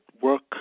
work